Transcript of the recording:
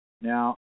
Now